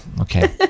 okay